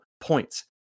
points